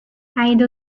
عيد